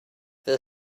their